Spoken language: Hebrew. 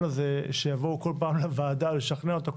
הזה שיבואו בכל פעם לוועדה לשכנע אותה,